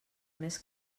més